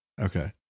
Okay